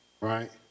right